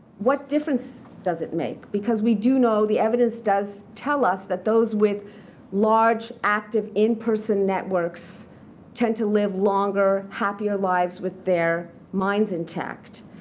what difference does it make? because we do know the evidence does tell us that those with large active in-person networks tend to live longer, happier lives with their minds intact.